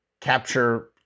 capture